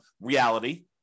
reality